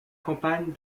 campagne